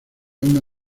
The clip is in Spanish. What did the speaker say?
una